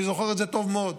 אני זוכר את זה טוב מאוד.